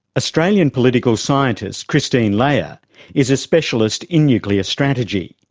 australian political scientist christine leah is a specialist in nuclear strategy.